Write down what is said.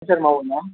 अंकित शर्मा बोल्ला ना